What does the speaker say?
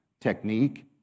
technique